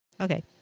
Okay